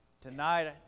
tonight